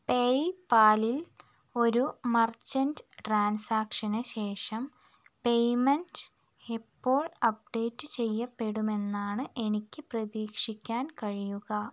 പേയ പാലിൽ ഒരു മർച്ചൻ്റ് ട്രാൻസാക്ഷന് ശേഷം പേയ്മെൻ്റ് എപ്പോൾ അപ്ഡേറ്റ് ചെയ്യപ്പെടുമെന്നാണ് എനിക്ക് പ്രതീക്ഷിക്കാൻ കഴിയുക